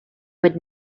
would